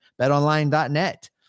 Betonline.net